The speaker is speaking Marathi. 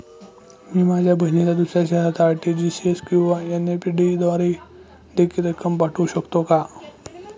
मी माझ्या बहिणीला दुसऱ्या शहरात आर.टी.जी.एस किंवा एन.इ.एफ.टी द्वारे देखील रक्कम पाठवू शकतो का?